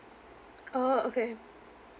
orh okay